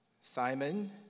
Simon